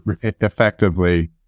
effectively